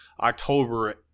October